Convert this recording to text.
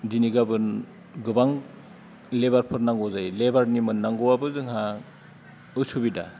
दिनै गाबोन गोबां लेबारफोर नांगौ जायो लेबारनि मोननांगौआबो जोंहा उसुबिदा